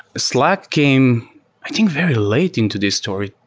slack came i think very late into this story,